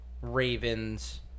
Ravens